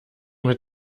mit